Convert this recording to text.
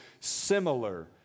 similar